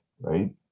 right